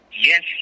Yes